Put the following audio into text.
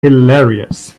hilarious